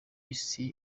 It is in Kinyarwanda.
isi